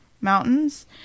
Mountains